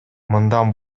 мындан